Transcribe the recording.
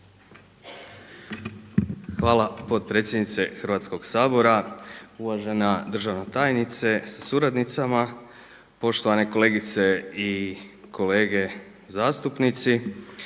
Hvala potpredsjednice Hrvatskoga sabora, uvažena državna tajnice sa suradnicama, poštovane kolegice i kolege zastupnici.